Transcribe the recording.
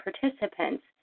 participants